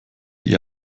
die